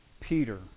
Peter